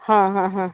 ହଁ ହଁ ହଁ